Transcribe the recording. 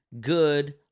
good